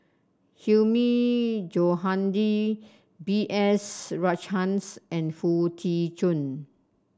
Hilmi Johandi B S Rajhans and Foo Tee Jun